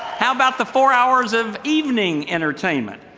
how about the four hours of evening entertainment?